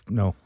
no